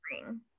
spring